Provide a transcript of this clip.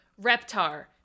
Reptar